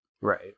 Right